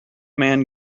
man